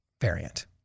variant